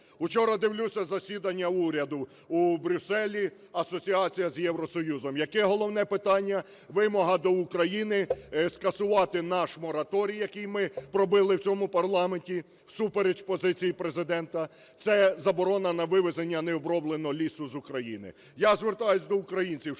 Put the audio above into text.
Учора дивлюся засідання уряду у Брюсселі. Асоціація з Євросоюзом. Яке головне питання? Вимога до України скасувати наш мораторій, який ми пробили в цьому парламенті всупереч позиції Президента - це заборона необробленого лісу з України. Я звертаюся до українців: